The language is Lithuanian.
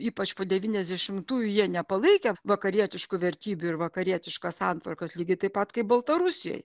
ypač po devyniasdešimtųjų jie nepalaikė vakarietiškų vertybių ir vakarietiškos santvarkos lygiai taip pat kaip baltarusijoj